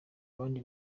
abandi